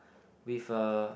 with a